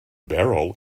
barrel